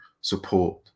support